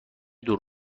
دور